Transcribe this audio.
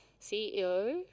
ceo